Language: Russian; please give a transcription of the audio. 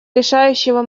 решающего